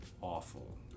awful